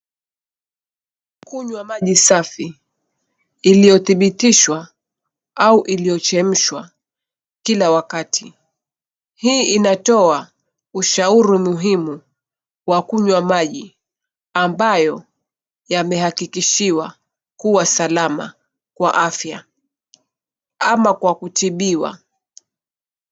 Kunywa maji safi iliyothibitishwa au iliochemshwa kila wakati hii inatoa ushauri muhimu wa kunywa maji ambayo yamehakikishiwa kua salama kwa afya ama kwa kutibiwa.